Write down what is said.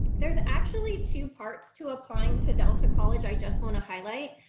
there's actually two parts to applying to delta college i just want to highlight.